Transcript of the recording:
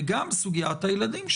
וגם סוגיית הילדים.